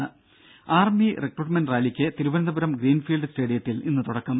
രുര army recruitment റാലിക്ക് Thiruvananthapuram green field സ്റ്റേഡിയത്തിൽ ഇന്ന് തുടക്കം